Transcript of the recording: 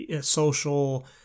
social